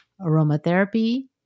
aromatherapy